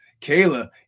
Kayla